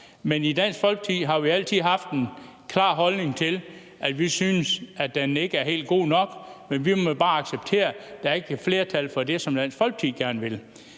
gøre. I Dansk Folkeparti har vi jo altid haft en klar holdning om, at vi ikke synes, at den helt var god nok, men at vi bare måtte acceptere, at der ikke var flertal for det, som Dansk Folkeparti gerne ville.